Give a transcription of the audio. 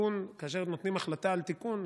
נותנים החלטה על תיקון,